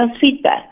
feedback